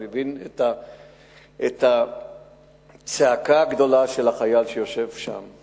אני מבין את הצעקה הגדולה של החייל שיושב שם,